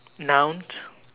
nouns